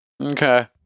Okay